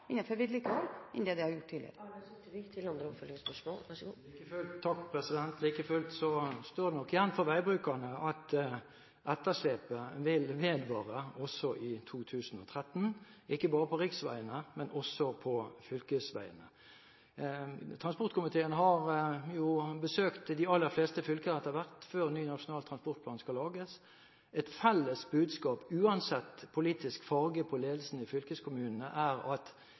Det ligger altså flere oppgaver innenfor vedlikehold enn det det har gjort tidligere. Like fullt står det nok igjen for veibrukerne at etterslepet vil vedvare også i 2013, ikke bare på riksveiene, men også på fylkesveiene. Transportkomiteen har besøkt de aller fleste fylker etter hvert, før ny Nasjonal transportplan skal lages. Et felles budskap, uansett politisk farge på ledelsen i fylkeskommunene, er at